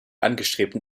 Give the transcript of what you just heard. angestrebten